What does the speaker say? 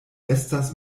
estas